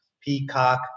Peacock